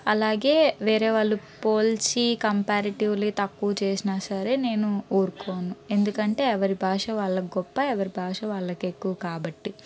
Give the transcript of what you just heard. అలాగే వేరే వాళ్లు పోల్చి కంపారిటివ్లీ తక్కువ చేసిన సరే నేను ఊరుకోను ఎందుకంటే ఎవ్వరి భాష వాళ్ళకు గొప్ప ఎవ్వరి భాష వాళ్ళకి ఎక్కువ కాబట్టి